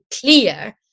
clear